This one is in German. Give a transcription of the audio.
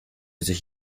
sich